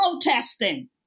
protesting